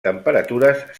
temperatures